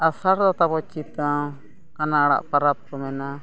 ᱟᱥᱟᱲ ᱫᱚ ᱛᱟᱵᱚᱱ ᱪᱤᱛᱚᱱ ᱠᱟᱱᱟ ᱟᱲᱟᱜ ᱯᱚᱨᱚᱵᱽ ᱠᱚ ᱢᱮᱱᱟ